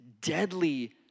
deadly